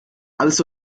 alles